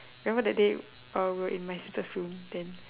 remember that day uh we were in my sister's room then